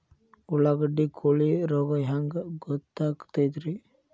ಉಳ್ಳಾಗಡ್ಡಿ ಕೋಳಿ ರೋಗ ಹ್ಯಾಂಗ್ ಗೊತ್ತಕ್ಕೆತ್ರೇ?